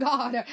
God